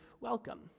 welcome